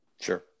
Sure